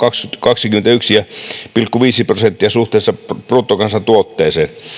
kaksikymmentäyksi pilkku viisi prosenttia suhteessa bruttokansantuotteeseen